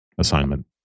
assignment